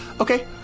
okay